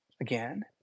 again